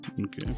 Okay